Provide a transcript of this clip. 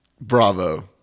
Bravo